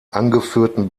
angeführten